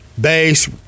base